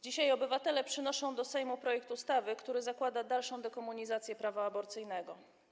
Dzisiaj obywatele przynoszą do Sejmu projekt ustawy, który zakłada dalszą dekomunizację prawa aborcyjnego.